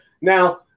Now